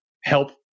help